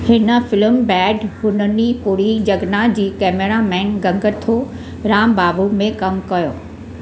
हिन फिल्म बैदि हुननि पुरी जगन्नाथ जी कैमरामैन गंगथो रामबाबू में कम कयो